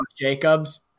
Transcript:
Jacobs